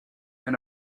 and